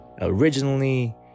Originally